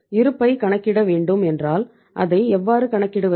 இருப்பை கணக்கிடவேண்டும் என்றால் அதை எவ்வாறு கணக்கிடுவது